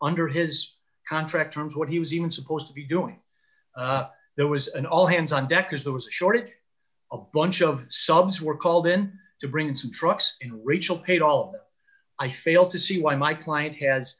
under his contract terms what he was even supposed to be doing there was an all hands on deck as there was a shortage of bunch of subs who were called in to bring in some trucks and rachel paid all i fail to see why my client has